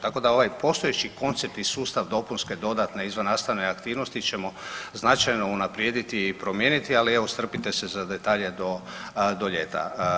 Tako da ovaj postojeći konceptni sustav dopunske, dodatne i izvannastavne aktivnosti ćemo značajno unaprijediti i promijeniti, ali evo strpite se za detalje do, do ljeta.